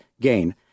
gain